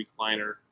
recliner